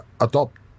adopt